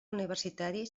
universitari